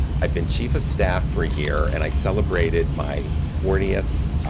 i have been chief of staff for a year and i celebrated my fortieth